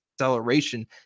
acceleration